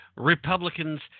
Republicans